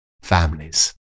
families